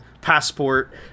passport